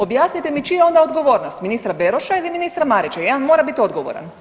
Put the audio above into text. Objasnite mi čija je onda odgovornost, ministra Beroša ili ministra Marića, jedan mora bit odgovoran.